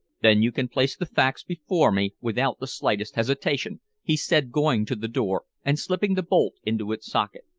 then you can place the facts before me without the slightest hesitation, he said, going to the door and slipping the bolt into its socket.